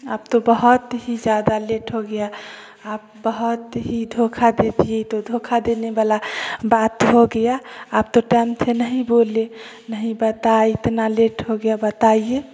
अब तो बहुत ही ज्यादा लेट हो गया आप बहुत ही धोखा दे दिए ये तो धोखा देने वाला बात हो गया आप तो टाइम से नही बोलिए नही पता इतना लेट हो गया बताइए